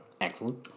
Excellent